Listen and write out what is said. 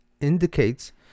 indicates